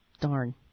darn